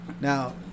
Now